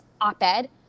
op-ed